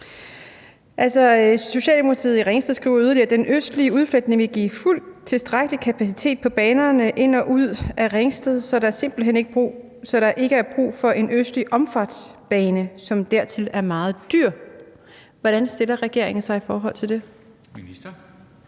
Socialdemokratiet i Ringsted skriver yderligere, at den østlige udfletning vil give fuldt tilstrækkelig kapacitet på banerne ind og ud af Ringsted, så der ikke er brug for en østlig omfartsbane, som dertil er meget dyr. Hvordan stiller regeringen sig i forhold til det?